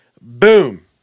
boom